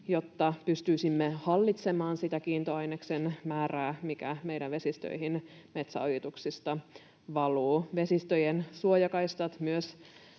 jotta pystyisimme hallitsemaan sitä kiintoaineksen määrää, mikä meidän vesistöihin metsäojituksista valuu. Vesistöjen suojakaistat myös